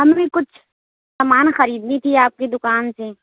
ہمیں کچھ سامان خریدنی تھی آپ کی دکان سے